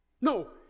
No